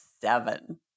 seven